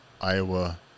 Iowa